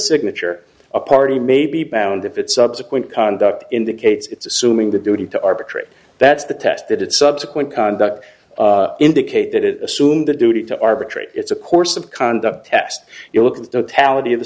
signature a party may be bound if it's subsequent conduct indicates it's assuming the duty to arbitrate that's the test that it's subsequent conduct indicate that it assumed the duty to arbitrate it's a course of conduct test you look at the t